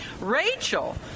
Rachel